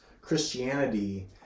Christianity